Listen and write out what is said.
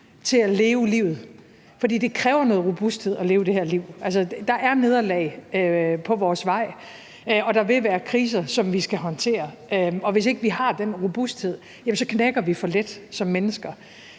til at leve livet. For det kræver noget robusthed at leve det her liv. Altså, der er nederlag på vores vej, og der vil være kriser, som vi skal håndtere. Hvis ikke vi har den robusthed, så knækker vi for let som mennesker.